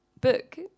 book